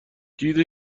دید